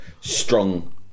strong